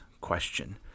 question